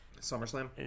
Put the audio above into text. SummerSlam